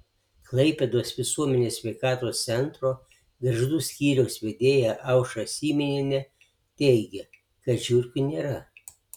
klaipėdos visuomenės sveikatos centro gargždų skyriaus vedėja aušra syminienė teigia kad žiurkių nėra